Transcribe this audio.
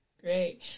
Great